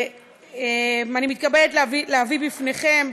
אני מתכבדת להביא בפניכם,